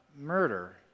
murder